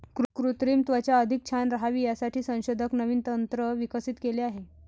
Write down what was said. कृत्रिम त्वचा अधिक छान राहावी यासाठी संशोधक नवीन तंत्र विकसित केले आहे